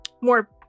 more